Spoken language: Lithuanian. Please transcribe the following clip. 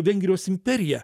vengrijos imperija